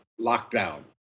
lockdown